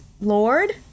Lord